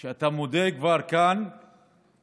שאתה כבר מודה כאן שמשקאות